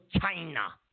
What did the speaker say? China